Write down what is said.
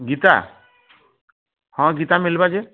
ଗୀତା ହଁ ଗୀତା ମିଲ୍ବା ଯେ